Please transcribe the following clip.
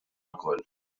lkoll